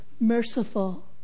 merciful